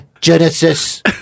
Genesis